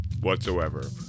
whatsoever